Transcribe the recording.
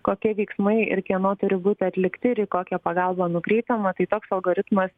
kokie veiksmai ir kieno turi būti atlikti ir į kokią pagalbą nukreipiama tai toks algoritmas